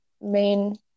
main